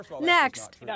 Next